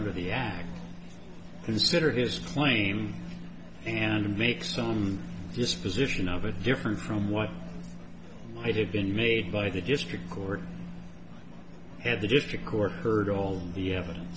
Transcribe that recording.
under the act consider his claim and make some disposition of it different from what might have been made by the district court had the district court heard all the evidence